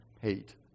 hate